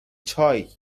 چای